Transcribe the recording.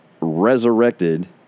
resurrected